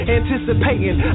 anticipating